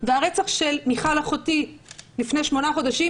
והרצח של מיכל אחותי לפני שמונה חודשים,